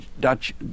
Dutch